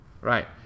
Right